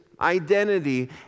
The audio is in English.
identity